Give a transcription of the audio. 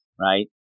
right